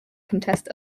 contest